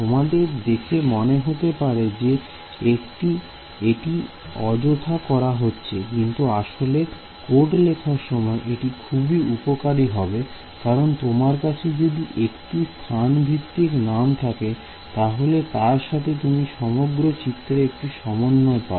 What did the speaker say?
তোমাদের দেখে মনে হতে পারে যে এটি অযথা করা হয় কিন্তু আসলে কোড লেখার সময় এটি খুবই উপকারী কারণ তোমার কাছে যদি একটি স্থান ভিত্তিক নাম থাকে তাহলে তার সাথে তুমি সমগ্র চিত্রের একটি সমন্বয় পাবে